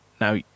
Now